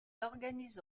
organise